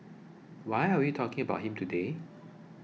why are we talking about him today